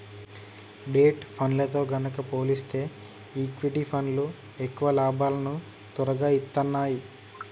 debt ఫండ్లతో గనక పోలిస్తే ఈక్విటీ ఫండ్లు ఎక్కువ లాభాలను తొరగా ఇత్తన్నాయి